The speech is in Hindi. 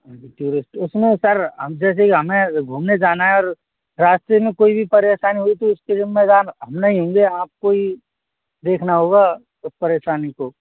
हाँ जी टूरिस्ट उसमें सर हम जैसे कि हमें घूमने जाना है और रास्ते में कोई भी परेशानी हुई तो उसके जिम्मेदार हम नहीं होंगे आपको ही देखना होगा उस परेशानी को